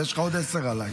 יש לך עוד עשר, עליי.